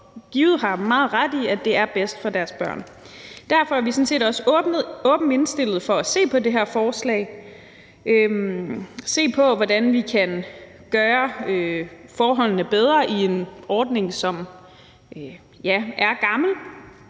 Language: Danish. de givet har meget ret i – at det er bedst for deres børn. Derfor er vi sådan set også åbne over for at se på det her forslag og se på, hvordan vi kan gøre forholdene bedre i en ordning, som ja, er gammel,